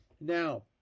Now